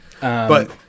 but-